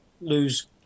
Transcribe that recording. lose